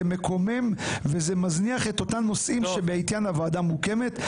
זה מקומם וזה מזניח את אותם נושאים שבעטיים הוועדה מוקמת.